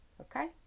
Okay